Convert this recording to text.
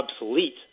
obsolete